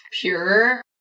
pure